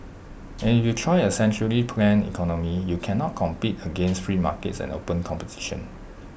and if you try A centrally planned economy you cannot compete against free markets and open competition